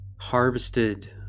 Harvested